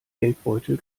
geldbeutel